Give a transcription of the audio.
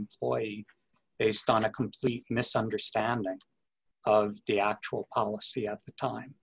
employee based on a complete misunderstanding of the actual policy at the time